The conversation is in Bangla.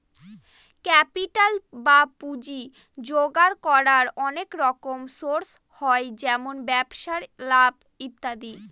ক্যাপিটাল বা পুঁজি জোগাড় করার অনেক রকম সোর্স হয় যেমন ব্যবসায় লাভ ইত্যাদি